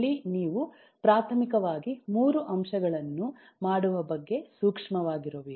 ಅಲ್ಲಿ ನೀವು ಪ್ರಾಥಮಿಕವಾಗಿ 3 ಅಂಶಗಳನ್ನು ಮಾಡುವ ಬಗ್ಗೆ ಸೂಕ್ಷ್ಮವಾಗಿರಬೇಕು